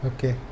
Okay